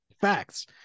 Facts